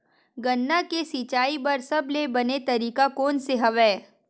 गन्ना के सिंचाई बर सबले बने तरीका कोन से हवय?